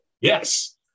Yes